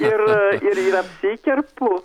ir ir ir apsikerpu